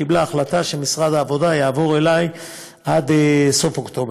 קיבלה החלטה שמשרד העבודה יעבור אלי עד סוף אוקטובר.